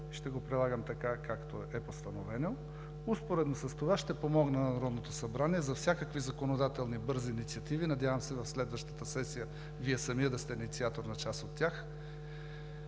ще го прилагам така, както е постановено. Успоредно с това ще помогна на Народното събрание за всякакви законодателни бързи инициативи. Надявам се в следващата сесия Вие самият да сте инициатор на част от тях.